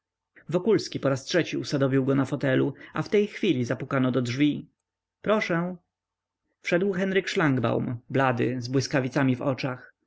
wokulski po raz trzeci usadowił go na fotelu a w tej chwili zapukano do drzwi proszę wszedł henryk szlangbaum blady z błyskawicami w oczach